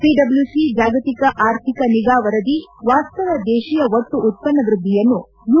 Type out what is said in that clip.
ಪಡಬ್ಲ್ಯುಸಿ ಜಾಗತಿಕ ಆರ್ಥಿಕ ನಿಗಾ ವರದಿ ವಾಸ್ತವ ದೇಶೀಯ ಒಟ್ಟು ಉತ್ತನ್ನ ವೃದ್ದಿಯನ್ನು ಯು